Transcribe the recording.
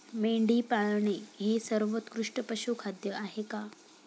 मेंढी पाळणे हे सर्वोत्कृष्ट पशुखाद्य आहे का?